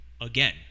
again